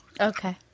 Okay